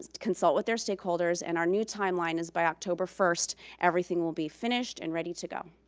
consult with their stakeholders. and our new timeline is by october first, everything will be finished and ready to go.